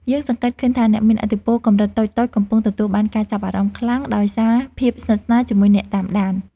យើងសង្កេតឃើញថា អ្នកមានឥទ្ធិពលកម្រិតតូចៗកំពុងទទួលបានការចាប់អារម្មណ៍ខ្លាំងដោយសារភាពស្និទ្ធស្នាលជាមួយអ្នកតាមដាន។